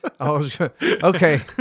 Okay